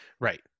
Right